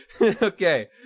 Okay